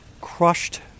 crushed